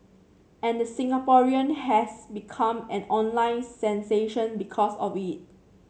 and the Singaporean has become an online sensation because of it